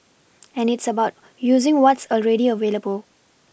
and it's about using what's already available